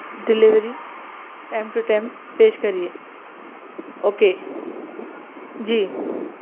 delivery team to team پیش کریے okay جی